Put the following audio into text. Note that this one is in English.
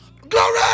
Glory